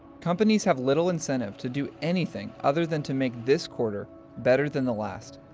companies have little incentive to do anything other than to make this quarter better than the last.